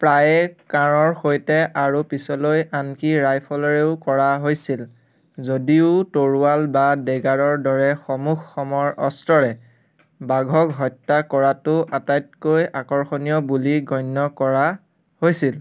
প্ৰায়ে কাঁড়ৰ সৈতে আৰু পিছলৈ আনকি ৰাইফলেৰেও কৰা হৈছিল যদিও তৰোৱাল বা ডেগাৰৰ দৰে সমুখ সমৰ অস্ত্ৰৰে বাঘক হত্যা কৰাটো আটাইতকৈ আকৰ্ষণীয় বুলি গণ্য কৰা হৈছিল